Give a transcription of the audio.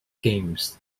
games